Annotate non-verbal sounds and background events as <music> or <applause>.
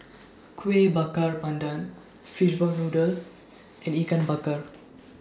<noise> Kuih Bakar Pandan Fishball Noodle and Ikan Bakar